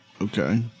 Okay